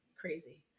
crazy